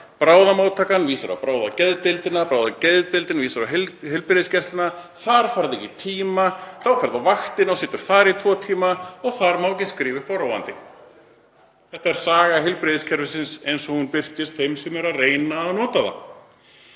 Bráðamóttakan vísar á bráðageðdeildina. Bráðageðdeildin vísar á heilsugæsluna, þar færðu ekki tíma, þá ferðu á vaktina og situr þar í tvo tíma, en þar má ekki skrifa upp á róandi.“ Þetta er saga heilbrigðiskerfisins eins og hún birtist þeim sem eru að reyna að nota það.